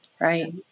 right